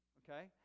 okay